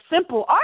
simple